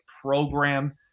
program